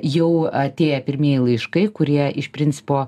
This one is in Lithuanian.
jau atėję pirmieji laiškai kurie iš principo